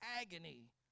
agony